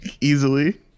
easily